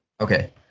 Okay